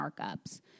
markups